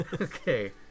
Okay